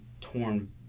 torn